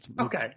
Okay